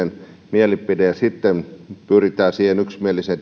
mielipiteet ja sitten pyritään tietenkin siihen yksimieliseen